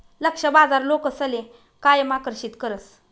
लक्ष्य बाजार लोकसले कायम आकर्षित करस